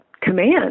command